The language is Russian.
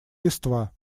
листва